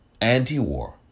anti-war